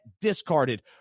discarded